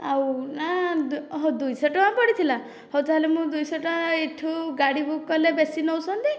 ଆଉ ନା ଓ ଓଃ ଦୁଇଶହ ଟଙ୍କା ପଡ଼ିଥିଲା ହେଉ ତାହେଲେ ମୁଁ ଏଠୁ ଗାଡ଼ି ବୁକ୍ କଲେ ବେଶି ନେଉଛନ୍ତି